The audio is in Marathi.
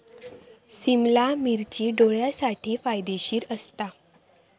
सिमला मिर्ची डोळ्यांसाठी फायदेशीर असता